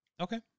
Okay